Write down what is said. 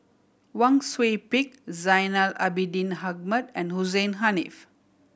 Wang Sui Pick Zainal Abidin Ahmad and Hussein Haniff